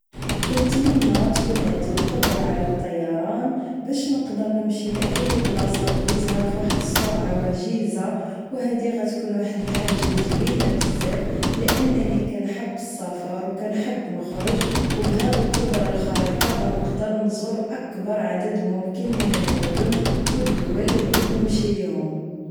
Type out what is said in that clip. كنت اتمنى تكون عندي القدره على الطيران باش نقدر نمشي لاي بلاصة بغيتها فواحد السرعه وجيزه وهادي غتكون واحد الحاجه زوينة بزاف لانني كنت احب السفر وكنت نحب نخرج وبهذا القدره الخارقه نقدر نزور اكبر عدد ممكن من المدن والدول اللي بغيت نمشي ليهم